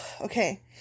okay